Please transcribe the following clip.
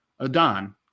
Adon